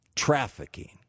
trafficking